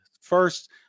first